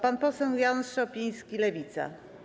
Pan poseł Jan Szopiński, Lewica.